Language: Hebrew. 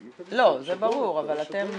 לא, זה ברור, אבל אתם מגישים.